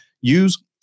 Use